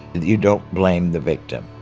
you don't blame the victim.